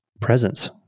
presence